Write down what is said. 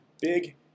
big